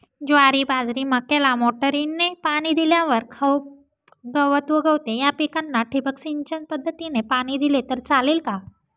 ज्वारी, बाजरी, मक्याला मोटरीने पाणी दिल्यावर खूप गवत उगवते, या पिकांना ठिबक सिंचन पद्धतीने पाणी दिले तर चालेल का?